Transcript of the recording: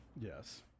Yes